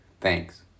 Thanks